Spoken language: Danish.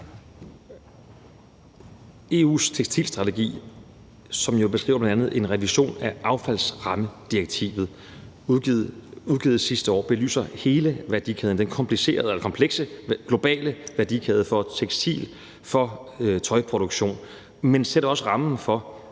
EU's tekstilstrategi, som jo bl.a. beskriver en revision af affaldsrammedirektivet, udgivet sidste år belyser hele værdikæden, den komplekse globale værdikæde for tekstil og for tøjproduktion, men sætter også rammen for,